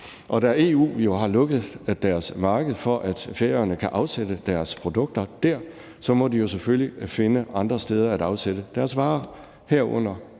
da EU jo har lukket sit marked for, at Færøerne kan afsætte deres produkter dér, må de jo selvfølgelig finde andre steder at afsætte deres varer, herunder